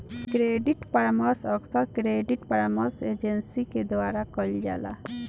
credit परामर्श अक्सर credit परामर्श एजेंसी के द्वारा कईल जाला